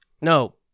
No